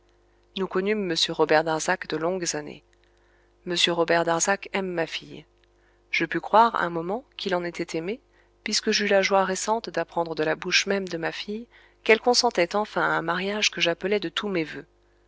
nous connûmes m robert darzac de longues années m robert darzac aime ma fille je pus croire un moment qu'il en était aimé puisque j'eus la joie récente d'apprendre de la bouche même de ma fille qu'elle consentait enfin à un mariage que j'appelais de tous mes vœux